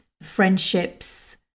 friendships